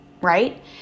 right